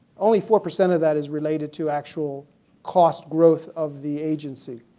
only four percent of that is related to actual cost growth of the agency.